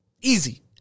Easy